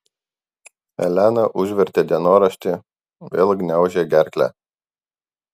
elena užvertė dienoraštį vėl gniaužė gerklę